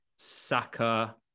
Saka